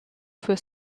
für